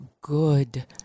good